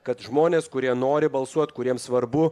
kad žmonės kurie nori balsuot kuriem svarbu